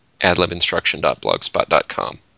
adlibinstruction.blogspot.com